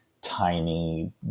tiny